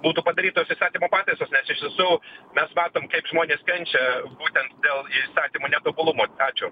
būtų padarytos įstatymo pataisos nes iš tiesų mes matom kaip žmonės kenčia būtent dėl įstatymo netobulumo ačiū